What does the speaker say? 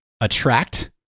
attract